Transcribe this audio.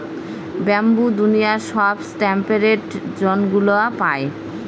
bamboo দুনিয়ার সব temperate জোনগুলা পায়